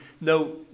no